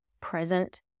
present